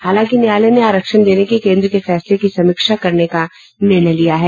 हालांकि न्यायालय ने आरक्षण देने के केन्द्र के फैसले की समीक्षा करने का निर्णय लिया है